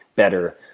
better,